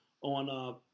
on